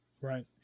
Right